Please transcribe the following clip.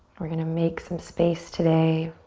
we're gonna make some space today.